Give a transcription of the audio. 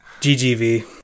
GGV